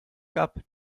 gab